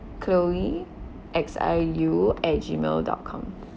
chloe X I U at gmail dot com